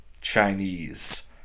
Chinese